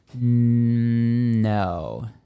No